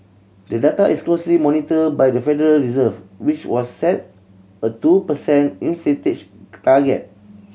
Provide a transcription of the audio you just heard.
the data is closely monitored by the Federal Reserve which was set a two per cent target